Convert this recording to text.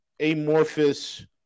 amorphous